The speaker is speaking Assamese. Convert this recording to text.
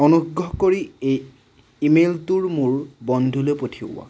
অনুগ্ৰহ কৰি এই ইমেইলটো মোৰ বন্ধুলৈ পঠিওৱা